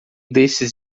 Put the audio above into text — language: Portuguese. desses